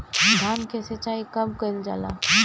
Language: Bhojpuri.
धान के सिचाई कब कब कएल जाला?